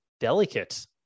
delicate